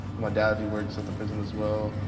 my dad, he works at the prison as well,